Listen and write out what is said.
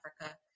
Africa